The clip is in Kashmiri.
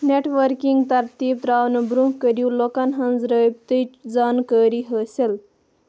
نیٹ ؤرکِنگ ترتیٖب تراونہٕ برونٛہہ کٔرِو لوکَن ہنٛز رٲبطٕچ زانٛکٲری حٲصِل